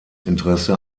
interesse